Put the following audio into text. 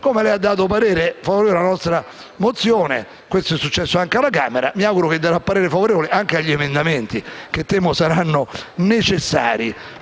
Come lei ha espresso parere favorevole alla nostra mozione, come è successo alla Camera, mi auguro che esprimerà parere favorevole anche sugli emendamenti che temo saranno necessari;